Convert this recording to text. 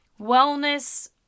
wellness